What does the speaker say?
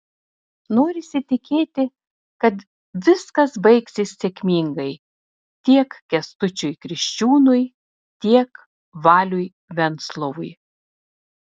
norisi tikėti kad viskas baigsis sėkmingai tiek kęstučiui kriščiūnui tiek valiui venslovui